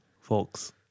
folks